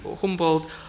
Humboldt